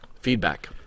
Feedback